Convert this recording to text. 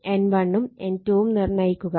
N1 ഉം N2 ഉം നിർണ്ണയിക്കുക